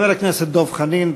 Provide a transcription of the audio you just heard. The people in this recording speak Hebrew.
חבר הכנסת דב חנין,